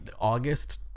August